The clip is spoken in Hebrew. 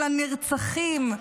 של הנרצחים,